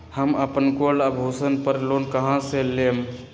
हम अपन गोल्ड आभूषण पर लोन कहां से लेम?